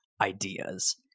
ideas